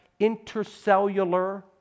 intercellular